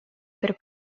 per